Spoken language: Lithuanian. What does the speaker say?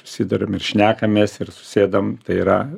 apsitariam ir šnekamės ir susėdam tai yra